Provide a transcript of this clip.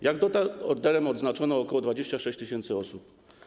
Jak dotąd orderem odznaczono ok. 26 tys. osób.